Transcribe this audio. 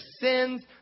sins